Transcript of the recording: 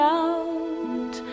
out